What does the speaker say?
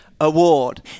Award